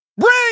Bring